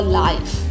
life